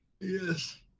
Yes